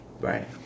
Right